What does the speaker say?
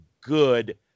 good